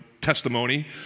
testimony